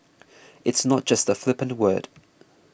it's not just a flippant word